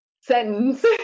sentence